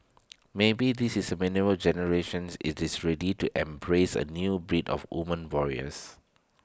maybe this is millennial generations IT is ready to embrace A new breed of women warriors